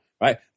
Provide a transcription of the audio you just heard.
right